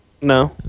No